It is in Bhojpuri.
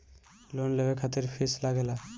लोन लेवे खातिर फीस लागेला?